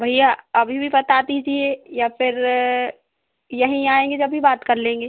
भैया अभी भी बता दीजिए या फिर यहीं आएँगे जभी बात कर लेंगे